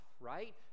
right